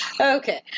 Okay